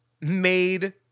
made